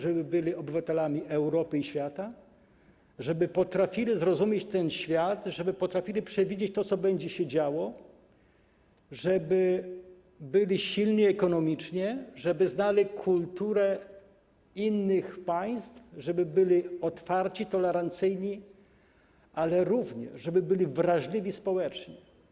Żeby byli obywatelami Europy i świata, żeby potrafili zrozumieć ten świat, żeby potrafili przewidzieć to, co będzie się działo, żeby byli silni ekonomicznie, żeby znali kulturę innych państw, żeby byli otwarci, tolerancyjni, ale żeby byli również wrażliwi społecznie.